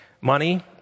money